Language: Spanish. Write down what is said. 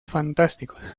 fantásticos